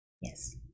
yes